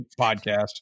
podcast